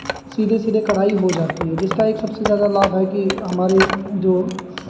सीधे सीधे कढ़ाई हो जाती है जिसका एक सबसे ज़्यादा लाभ है कि हमारे ये जो